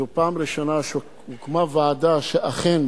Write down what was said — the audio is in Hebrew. זו הפעם הראשונה שהוקמה ועדה שאכן